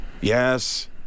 yes